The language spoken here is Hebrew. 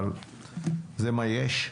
זה מה יש.